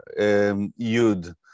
Yud